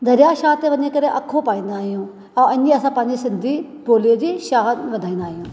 दरिया शाह ते वञी करे अखों पाईंदा आहियूं अंजी असां पंहिंजी सिंधी बोलीअ जी शाह वधाईंदा आहियूं